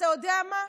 אתה יודע מה?